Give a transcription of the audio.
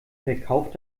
verkauft